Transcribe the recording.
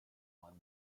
one